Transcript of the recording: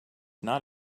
not